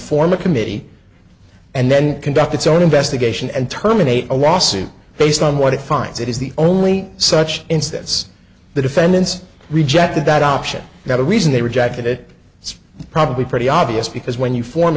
form a committee and then conduct its own investigation and terminate a lawsuit based on what it finds it is the only such instance the defendants rejected that option not a reason they rejected it it's probably pretty obvious because when you form